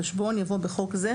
החשבון)" יבוא "(בחוק זה,